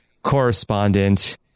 correspondent